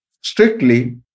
strictly